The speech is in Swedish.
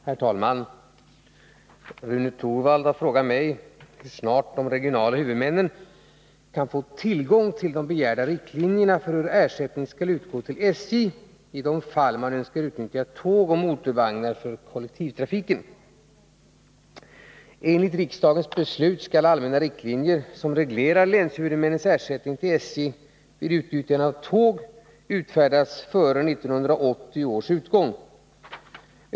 Herr talman! Rune Torwald har frågat mig hur snart de regionala huvudmännen kan få tillgång till de begärda riktlinjerna för hur ersättning skall utgå till SJ i de fall man önskar utnyttja tåg och motorvagnar för kollektivtrafiken. Enligt riksdagens beslut skall allmänna riktlinjer som reglerar länshuvudmännens ersättning till SJ vid utnyttjande av tåg utfärdas före 1980 års utgång.